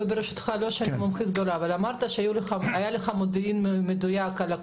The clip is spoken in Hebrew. אמרת שהיה לך מודיעין מדויק.